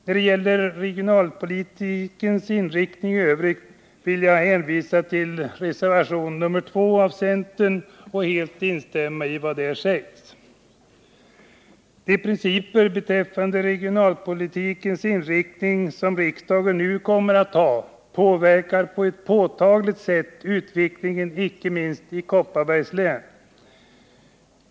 När det gäller regionalpolitikens inriktning i övrigt vill jag hänvisa till reservationen 2 av centern och helt instämma i vad där sägs. De principer beträffande regionalpolitikens inriktning som riksdagen nu kommer att anta kommer på ett påtagligt sätt att påverka utvecklingen icke minst i Kopparbergs län.